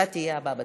אתה תהיה הבא בתור.